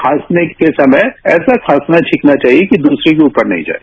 खांसने के समय ऐसा खांसना छीकना चाहिए कि दूसरे के रूपर न जाये